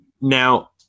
now